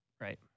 Right